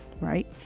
right